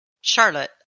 Charlotte